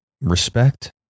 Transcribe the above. respect